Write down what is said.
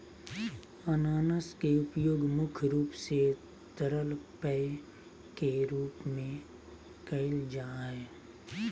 अनानास के उपयोग मुख्य रूप से तरल पेय के रूप में कईल जा हइ